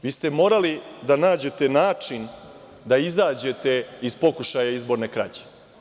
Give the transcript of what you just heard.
Vi ste morali da nađete način da izađete iz pokušaja izborne krađe.